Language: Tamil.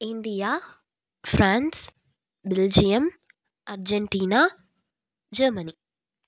India France Belgium Argentina Germany